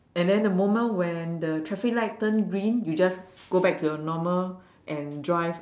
and then the moment when the traffic light turn green you just go back to the normal and drive